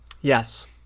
Yes